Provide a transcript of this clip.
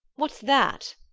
what s that?